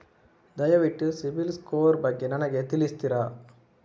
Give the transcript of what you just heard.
ದಯವಿಟ್ಟು ಸಿಬಿಲ್ ಸ್ಕೋರ್ ಬಗ್ಗೆ ನನಗೆ ತಿಳಿಸ್ತಿರಾ?